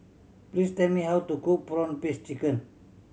please tell me how to cook prawn paste chicken